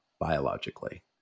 biologically